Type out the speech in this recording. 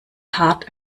hart